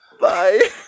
Bye